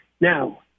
Now